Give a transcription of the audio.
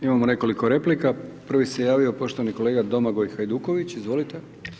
Imamo nekoliko replika, prvi se javio poštovani kolega Domagoj Hajduković, izvolite.